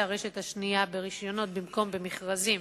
הרשת השנייה ברשיונות במקום במכרזים,